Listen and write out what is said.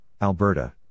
Alberta